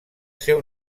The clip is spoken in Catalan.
seu